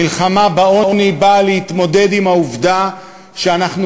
המלחמה בעוני באה להתמודד עם העובדה שאנחנו